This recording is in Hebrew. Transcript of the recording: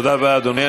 תודה רבה, אדוני.